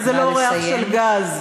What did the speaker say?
וזה לא ריח של גז.